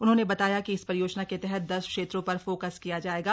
उन्होंने बताया कि इस परियोजना के तहत दस क्षेत्रों पर फोकस किया जायेगा